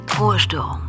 Ruhestörung